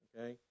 okay